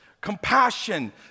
compassion